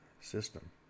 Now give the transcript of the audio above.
system